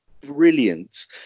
brilliant